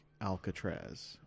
alcatraz